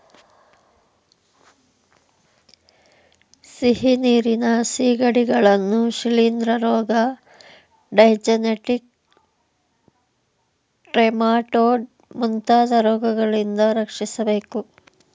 ಸಿಹಿನೀರಿನ ಸಿಗಡಿಗಳನ್ನು ಶಿಲಿಂದ್ರ ರೋಗ, ಡೈಜೆನೆಟಿಕ್ ಟ್ರೆಮಾಟೊಡ್ ಮುಂತಾದ ರೋಗಗಳಿಂದ ರಕ್ಷಿಸಬೇಕು